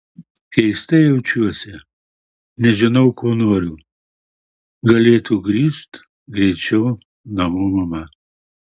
keistai jaučiuosi nežinau ko noriu galėtų grįžt greičiau namo mama